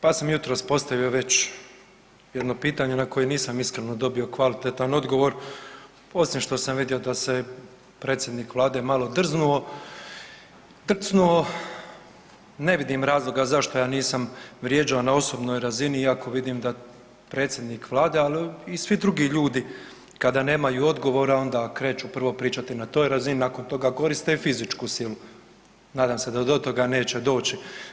Pa sam jutros postavio već jedno pitanje na koje nisam iskreno dobio kvalitetan odgovor, osim što sam vidio da se predsjednik Vlade malo drznuo, trcnuo, ne vidim razloga zašto ja nisam vrijeđao na osobnoj razini iako vidim da predsjednik Vlade, ali i svi drugi ljudi kada nemaju odgovora onda kreću prvo pričati na toj razini, nakon toga koriste i fizičku silu, nadam se da do toga neće doći.